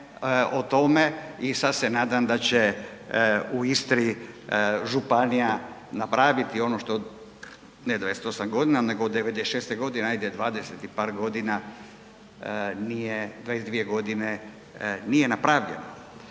i sada se nadam da će u Istri županija napraviti ono što, ne 28 godina nego od '96.godine, ajde 20 i par godina 22 godine nije napravljeno